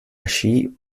allí